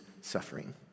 suffering